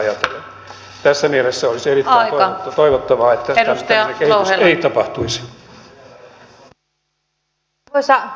tässä mielessä olisi erittäin toivottavaa että tämmöistä kehitystä ei tapahtuisi